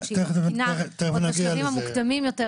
שהיא לא תקינה גם בשלבים המוקדמים יותר,